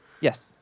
Yes